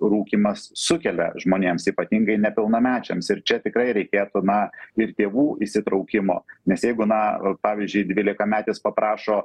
rūkymas sukelia žmonėms ypatingai nepilnamečiams ir čia tikrai reikėtų na ir tėvų įsitraukimo nes jeigu na pavyzdžiui dvylikametis paprašo